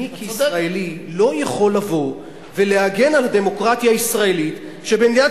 אני כישראלי לא יכול לבוא ולהגן על הדמוקרטיה הישראלית כשבמדינת